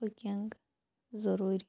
cooking ضٔروٗری